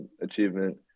achievement